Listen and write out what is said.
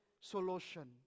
solution